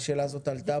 השאלה הזאת גם עלתה פה.